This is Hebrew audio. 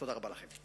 תודה רבה לכם.